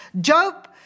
Job